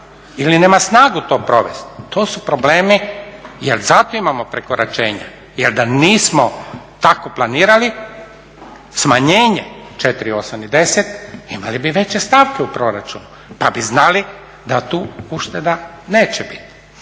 ili nema snagu to provesti? To su problemi, jer zato imamo prekoračenja. Jer da nismo tako planirali smanjenje četiri, osam i deset imali bi veće stavke u proračunu pa bi znali da tu ušteda neće biti.